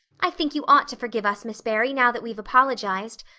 i think you ought to forgive us, miss barry, now that we've apologized.